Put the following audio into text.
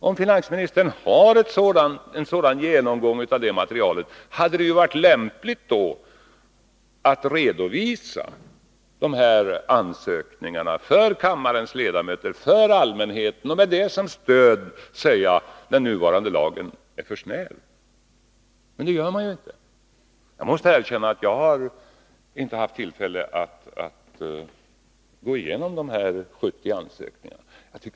Har finansministern gjort en sådan genomgång av materialet, vore det lämpligt att han redovisade dessa ansökningar för kammarens ledamöter och för allmänheten och med dem som stöd sade att den nuvarande generalklausulen är för snäv. Men det har han inte gjort. Jag måste erkänna att jag inte har haft tillfälle att gå igenom de 70 ansökningarna.